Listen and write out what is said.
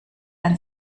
ein